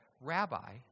rabbi